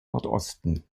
nordosten